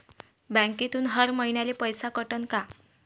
बँकेतून हर महिन्याले पैसा कटन का?